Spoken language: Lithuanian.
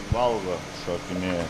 valgo šokinėja